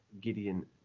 Gideon